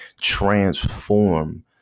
transform